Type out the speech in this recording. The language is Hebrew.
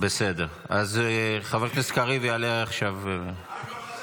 אז אני עולה פעם אחרונה.